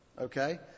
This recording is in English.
Okay